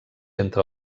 entre